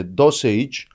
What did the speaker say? dosage